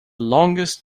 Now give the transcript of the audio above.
longest